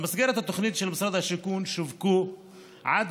במסגרת התוכנית של משרד השיכון שווקו עד